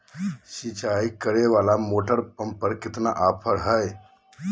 सिंचाई करे वाला मोटर पंप पर कितना ऑफर हाय?